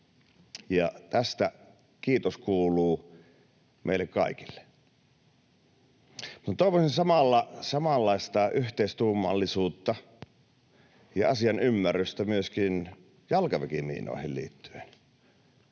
ja tästä kiitos kuuluu meille kaikille. Mutta toivoisin samalla samanlaista yhteistuumallisuutta ja asian ymmärrystä myöskin jalkaväkimiinoihin liittyen.